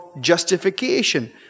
justification